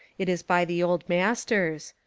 it is by the old masters.